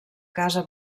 casa